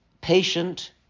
patient